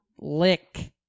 lick